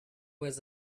was